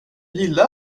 gillar